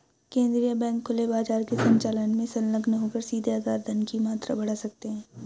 केंद्रीय बैंक खुले बाजार के संचालन में संलग्न होकर सीधे आधार धन की मात्रा बढ़ा सकते हैं